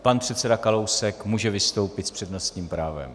Pan předseda Kalousek, může vystoupit s přednostním právem.